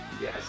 yes